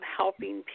helping